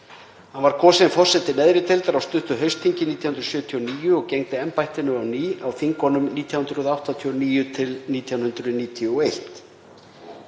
Hann var kosinn forseti neðri deildar á stuttu haustþingi 1979 og gegndi embættinu á ný á þingunum 1989–1991.